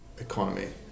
economy